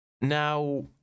Now